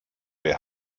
wir